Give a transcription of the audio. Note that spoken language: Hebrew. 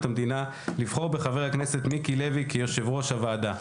המדינה לבחור בחבר הכנסת מיקי לוי כיושב-ראש הוועדה.